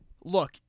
look